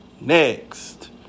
Next